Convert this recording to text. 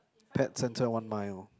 pet centre one mile